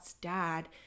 dad